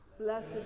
Blessed